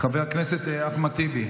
חבר הכנסת אחמד טיבי,